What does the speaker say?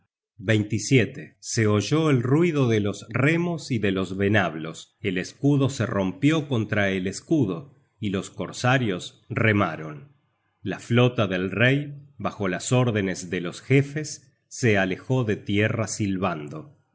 at se oyó el ruido de los remos y de los venablos el escudo se rompió contra el escudo y los corsarios remaron la flota del rey bajo las órdenes de los jefes se alejó de tierra silbando